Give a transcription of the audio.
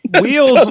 Wheels